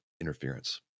interference